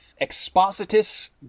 Expositus